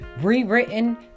rewritten